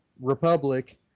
Republic